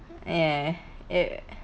ya it